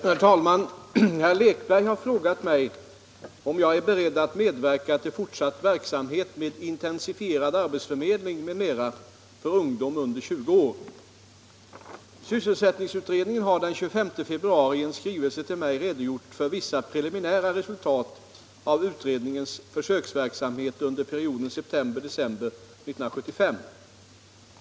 Herr talman! Herr Lekberg har frågat mig om jag är beredd att medverka till fortsatt verksamhet med intensifierad arbetsförmedling m.m. för ungdom under 20 år. Sysselsättningsutredningen har den 25 februari i en skrivelse till mig redogjort för vissa preliminära resultat av utredningens försöksverksamhet under perioden september — december 1975.